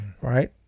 Right